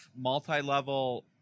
multi-level